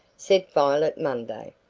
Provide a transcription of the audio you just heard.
said violet munday.